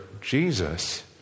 Jesus